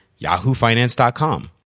yahoofinance.com